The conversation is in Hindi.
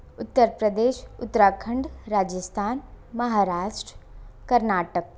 उत्तर प्रदेश उत्तराखंड राजस्थान महाराष्ट्र कर्नाटक